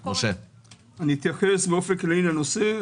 אתייחס באופן כללי לנושא.